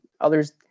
others